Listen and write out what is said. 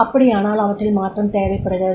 அப்படியானால் அவற்றில் மாற்றம் தேவைப்படுகிறது